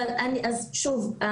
שוב,